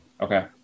Okay